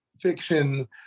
fiction